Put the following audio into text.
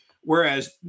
Whereas